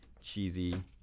cheesy